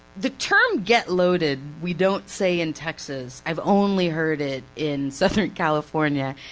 the term get loaded' we don't say in texas, i've only heard it in southern california,